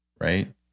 Right